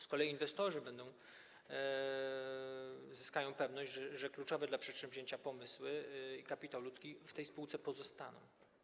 Z kolei inwestorzy uzyskają pewność, że kluczowe dla przedsięwzięcia pomysł i kapitał ludzki w tej spółce pozostaną.